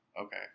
Okay